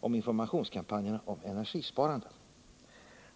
om informationskampanjen om energisparande.